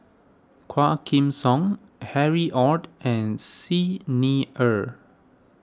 Quah Kim Song Harry Ord and Xi Ni Er